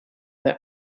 the